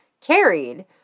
carried